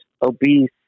obese